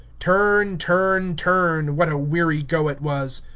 turn, turn, turn, what a weary go it was.